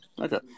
okay